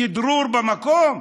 כדרור במקום?